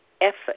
effort